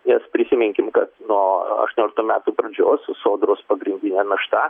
nes prisiminkim kad nuo aštuonioliktų metų pradžios sodros pagrindinė našta